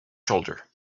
shoulder